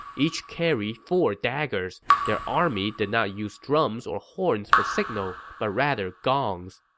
each carried four daggers. their army did not use drums or horns for signals, but rather gongs.